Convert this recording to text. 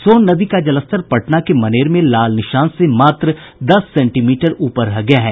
सोन नदी का जलस्तर पटना के मनेर में खतरे के निशान से मात्र दस सेंटीमीटर ऊपर रह गया है